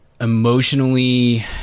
emotionally